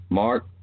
Mark